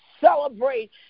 celebrate